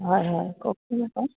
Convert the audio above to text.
হয় হয় কওকচোন অকণমান